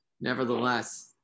Nevertheless